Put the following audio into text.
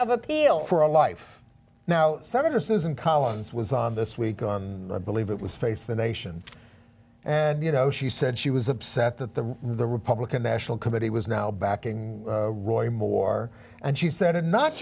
of appeals for a life now senator susan collins was on this week on believe it was face the nation and you know she said she was upset that the the republican national committee was now backing roy moore and she said it not